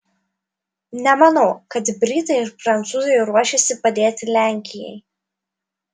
nemanau kad britai ir prancūzai ruošiasi padėti lenkijai